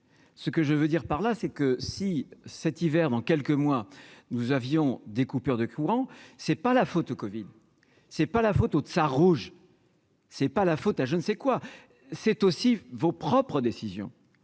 ce que je veux dire par là c'est que si cet hiver dans quelques mois, nous avions des coupures de courant, c'est pas la faute au Covid, c'est pas la photo de sa rouge c'est pas la faute à je ne sais quoi c'est aussi vos propres décisions,